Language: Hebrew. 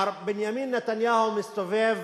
מר בנימין נתניהו מסתובב